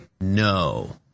No